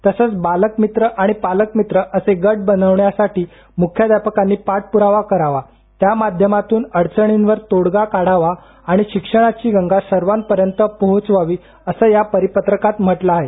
तसंच बालकमित्र आणि पालकमित्र असे गट बनवण्यासाठी मुख्याध्यापकांनी पाठप्रावा करावा त्या माध्यमातून अडचणींवर तोडगा काढावा आणि शिक्षणाची गंगा सर्वांपर्यंत पोहोचवावी असं या परिपत्रकात म्हटलं आहे